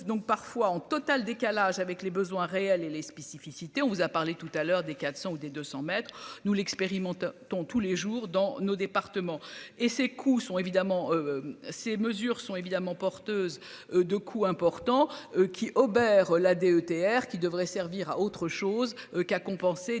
donc parfois en total décalage avec les besoins réels et les spécificités. Et on vous a parlé tout à l'heure des 400 ou des 200 mètres nous l'expérimentateur dont tous les jours dans nos départements, et ces coûts sont évidemment. Ces mesures sont évidemment porteuse de coûts importants qui obère la DETR qui devrait servir à autre chose qu'à compenser. C'est